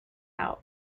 out